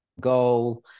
goal